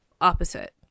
opposite